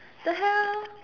the hell